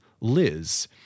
Liz